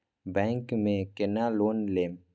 Bank में केना loan लेम?